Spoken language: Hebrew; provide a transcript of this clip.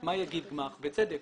מה יאמר גמ"ח, ואגב, בצדק?